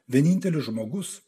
vienintelis žmogus